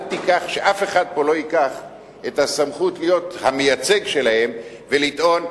שאף אחד פה לא ייקח את הסמכות להיות המייצג שלהם ולטעון: